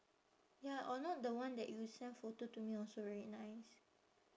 ya or not the one that you send photo to me also very nice